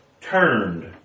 turned